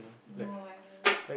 no I have never